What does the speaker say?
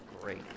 great